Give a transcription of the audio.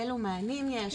אילו מענים יש,